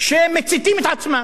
שמציתים את עצמם,